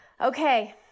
Okay